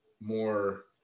more